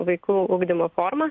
vaikų ugdymo forma